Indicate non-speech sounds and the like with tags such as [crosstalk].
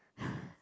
[breath]